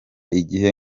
igihe